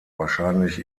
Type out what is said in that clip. wahrscheinlich